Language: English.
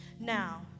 Now